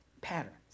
patterns